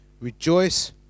Rejoice